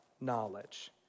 knowledge